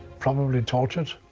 probably tortured,